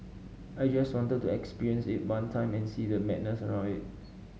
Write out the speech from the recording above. I just wanted to experience it one time and see the madness around it